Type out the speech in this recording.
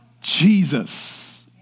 Jesus